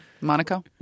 Monaco